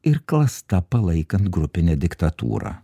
ir klasta palaikant grupinę diktatūrą